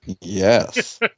Yes